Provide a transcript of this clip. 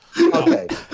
Okay